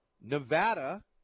Nevada –